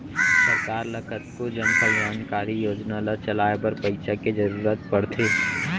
सरकार ल कतको जनकल्यानकारी योजना ल चलाए बर पइसा के जरुरत पड़थे